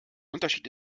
unterschied